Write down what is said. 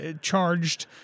charged